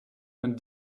man